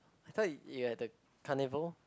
I thought you you had the carnival